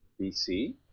BC